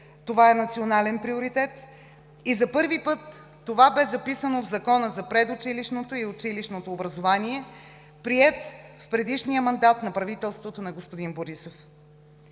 това е национален приоритет и за първи път това бе записано в Закона за предучилищното и училищното образование, приет в предишния мандат на правителството на господин Борисов.